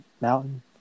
mountain